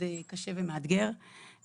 כשאפרת רייטן ניהלה,